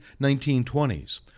1920s